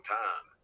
time